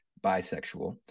bisexual